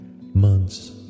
months